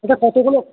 এটা কতগুলো